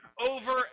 over